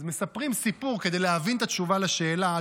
אז כדי להבין את התשובה על השאלה,